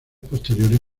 posteriores